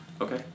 Okay